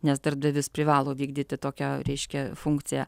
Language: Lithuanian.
nes darbdavys privalo vykdyti tokią reiškia funkciją